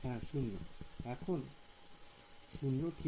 হ্যাঁ 0 এখনো 0 ঠিক